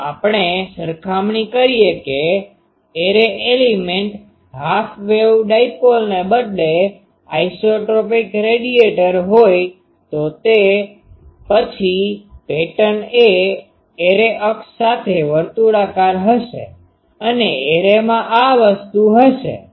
જો આપણે સરખામણી કરીએ કે એરે એલીમેન્ટ હાફ વેવ ડાયપોલ્સને બદલે આઇસોટ્રોપિક રેડિએટર હોય તો પછી પેટર્ન એ એરે અક્ષ સાથે વર્તુળાકાર હશે અને એરેમાં આ વસ્તુ હશે